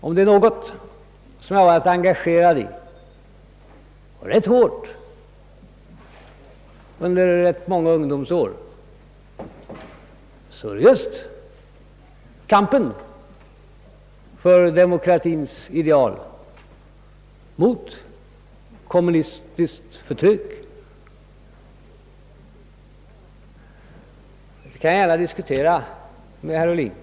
Om det är något jag varit engagerad i — och rätt hårt under ganska många ungdomsår — så är det just kampen för demokratins ideal mot kommunistiskt förtryck. Jag skall gärna diskutera detta med herr Ohlin.